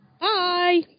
Bye